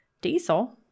diesel